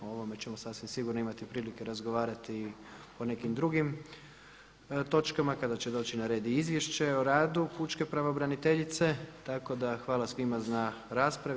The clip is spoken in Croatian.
O ovome ćemo sasvim sigurno imati prilike razgovarati po nekim drugim točkama kada će doći na red i izvješće o radu pučke pravobraniteljice, tako da hvala svima na raspravi.